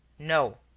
no.